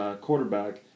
quarterback